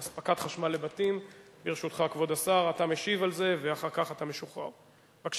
אספקת חשמל לבתים שלא קיבלו היתרי בנייה,